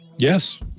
Yes